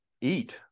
eat